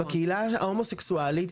בקהילה ההומו סקסואלית,